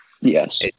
yes